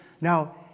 Now